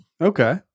Okay